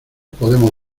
podemos